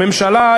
הממשלה,